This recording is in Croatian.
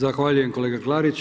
Zahvaljujem, kolega Klarić.